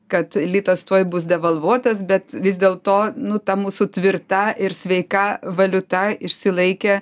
kad litas tuoj bus devalvuotas bet vis dėl to nu ta mūsų tvirta ir sveika valiuta išsilaikė